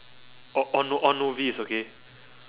oh oh no~ oh novice okay